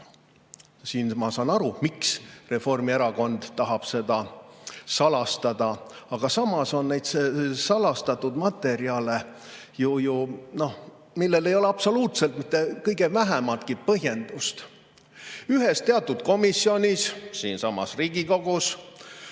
– ma saan aru, miks Reformierakond tahab seda salastada. Aga samas on neid salastatud materjale, millel ei ole absoluutselt mitte kõige vähematki põhjendust. Ühes teatud komisjonis siinsamas Riigikogus